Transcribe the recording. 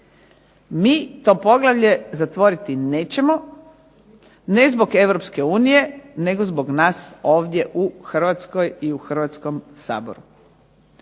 mi to poglavlje zatvoriti nećemo ne zbog Europske unije nego zbog nas ovdje u Hrvatskoj i u Hrvatskom saboru.